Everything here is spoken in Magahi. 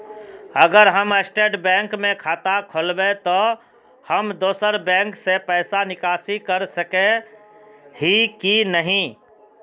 अगर हम स्टेट बैंक में खाता खोलबे तो हम दोसर बैंक से पैसा निकासी कर सके ही की नहीं?